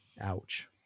Ouch